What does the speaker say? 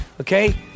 okay